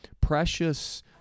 precious